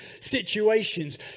situations